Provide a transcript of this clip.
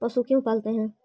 पशु क्यों पालते हैं?